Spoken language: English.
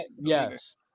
Yes